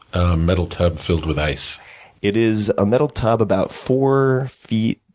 a metal tub, filled with ice it is a metal tub, about four feet,